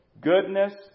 goodness